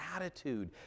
attitude